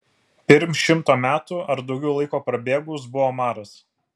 pirm šimto metų ar daugiau laiko prabėgus buvo maras